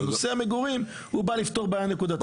נושא המגורים בא לפתור בעיה נקודתית.